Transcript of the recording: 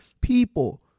people